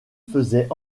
faisait